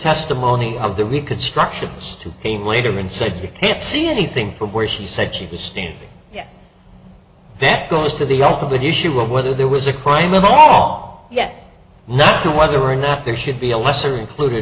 testimony of the reconstruction stooping later and said you can't see anything from where she said she was standing yes that goes to the ultimate issue of whether there was a crime at all yes to whether or not there should be a lesser included